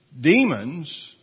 Demons